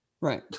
right